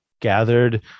gathered